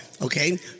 okay